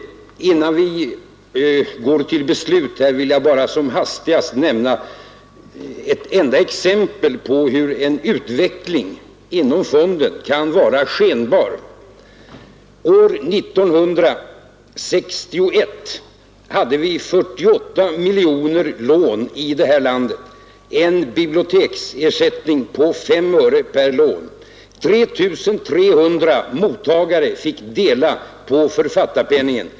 Innan vi går till beslut vill jag som hastigast nämna ett enda exempel på hur utvecklingen inom fonden kan vara skenbar. År 1961 hade vi 48 miljoner boklån i det här landet och en biblioteksersättning på fem öre per lån. 3 300 mottagare fick dela på författarpenningen.